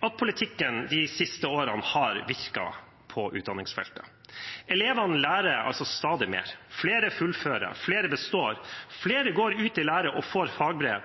at politikken de siste årene har virket på utdanningsfeltet. Elevene lærer stadig mer, flere fullfører, flere består, flere går ut i lære og får fagbrev,